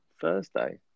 Thursday